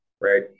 right